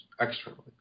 externally